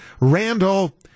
Randall